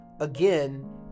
again